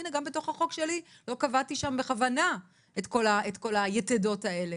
הינה גם בתוך החוק שלי לא קבעתי שם בכוונה את כל היתדות האלה.